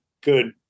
good